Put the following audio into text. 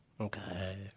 Okay